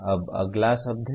यह अगला शब्द है